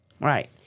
Right